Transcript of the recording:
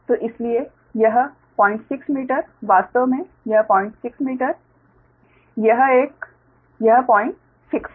तो इसलिए यह 06 मीटर वास्तव में यह 06 मीटर वास्तव में यह एक यह एक यह 06 है